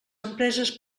empreses